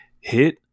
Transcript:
Hit